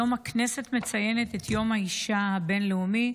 היום הכנסת מציינת את יום האישה הבין-לאומי,